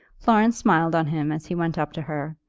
florence smiled on him as he went up to her,